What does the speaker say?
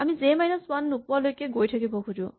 আমি জে minus one নোপোৱালৈকে গৈ থাকিব খোজো